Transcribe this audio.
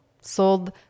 sold